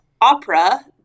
opera